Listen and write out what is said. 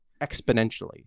exponentially